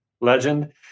legend